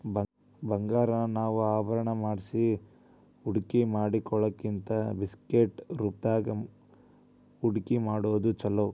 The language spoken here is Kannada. ಬಂಗಾರಾನ ನಾವ ಆಭರಣಾ ಮಾಡ್ಸಿ ಹೂಡ್ಕಿಮಾಡಿಡೊದಕ್ಕಿಂತಾ ಬಿಸ್ಕಿಟ್ ರೂಪ್ದಾಗ್ ಹೂಡ್ಕಿಮಾಡೊದ್ ಛೊಲೊ